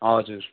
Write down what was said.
हजुर